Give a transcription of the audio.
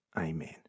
Amen